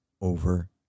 over